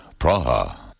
Praha